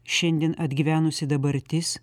šiandien atgyvenusi dabartis